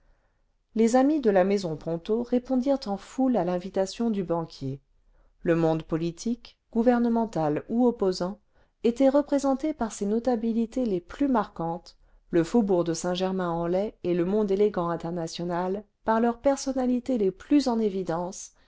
les amis de la maison ponto répondirent en foule à l'invitation du banquier le monde politique gouvernemental ou opposant était représenté par ses notabilités les plus marquantes le faubourg de saint germain enlaye et le monde élégant international parleurs personnalités les plus en évidence